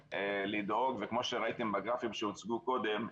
כמו שראיתם בגרפים שהוצגו קודם,